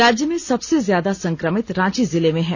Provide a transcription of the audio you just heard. राज्य में सबसे ज्यादा संक्रमित रांची जिले में हैं